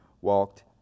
walked